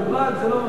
לפרט זה לא מספיק.